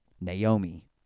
Naomi